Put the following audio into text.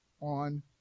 on